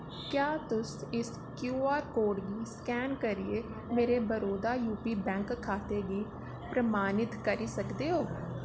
क्या तुस इस क्यूआर कोड गी स्कैन करियै मेरे बड़ौदा यूपी बैंक खाते गी प्रमाणत करी सकदे ओ